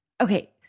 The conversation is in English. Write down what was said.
Okay